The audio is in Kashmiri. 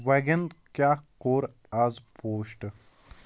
وگیٚن کیٛاہ کوٚر آز پوسٹ ؟